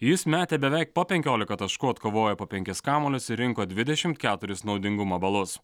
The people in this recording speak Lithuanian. jis metė beveik po penkiolika taškų atkovojo po penkis kamuolius ir rinko dvidešimt keturis naudingumo balus